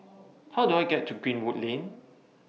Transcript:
How Do I get to Greenwood Lane